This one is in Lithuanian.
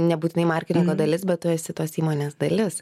nebūtinai marketingo dalis bet tu esi tos įmonės dalis